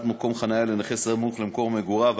מקום חניה לנכה סמוך למקום מגוריו.